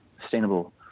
Sustainable